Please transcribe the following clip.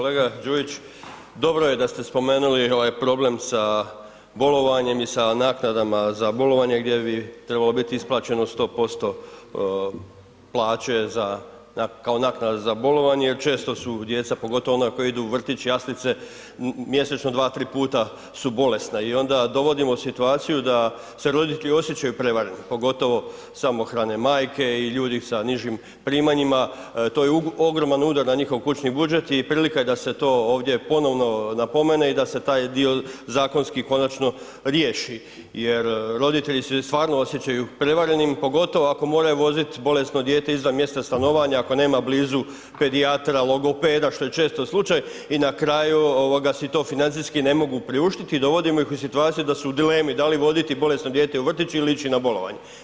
Kolega Đujić, dobro je da ste spomenuli ovaj problem sa bolovanjem i sa naknadama za bolovanje gdje bi trebalo biti isplaćeno 100% plaće kao naknada za bolovanje jer često su djeca pogotovo ona koja idu u vrtić, jaslice, mjesečno dva, tri puta su bolesna i onda dovodimo u situaciju da se roditelji osjećaju prevareni pogotovo samohrane majke i ljudi sa nižim primanjima, to je ogroman udar na njihov kućni budžet i prilika je da se to ovdje ponovno napomene i da se taj dio zakonski konačno riješi jer roditelji se stvarno osjećaju prevarenim pogotovo ako moraju vozit bolesno dijete izvan mjesta stanovanja ako nema blizu pedijatra, logopeda što je često slučaj i na kraju si to financijski ne mogu priuštiti i dovodimo ih u situaciju da su u dilemi da li voditi bolesno dijete u vrtić ili ići na bolovanje.